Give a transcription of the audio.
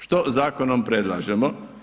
Što zakonom predlažemo?